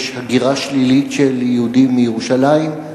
יש הגירה שלילית של יהודים מירושלים.